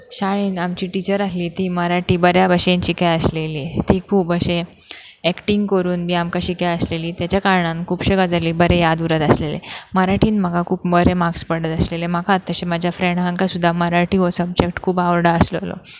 शाळेन आमची टिचर आसली ती मराठी बऱ्या भशेन शिकय आसलेली ती खूब अशें एक्टींग करून बी आमकां शिकय आसलेली तेच्या कारणान खुबश्यो गजाली बरें याद उरत आसलेले मराठीन म्हाका खूब बरेें मार्क्स पडत आसले म्हाका तशें म्हाज्या फ्रेंडांकां सुद्दा मराठी हो सब्जेक्ट खूब आवड आसलो